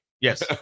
yes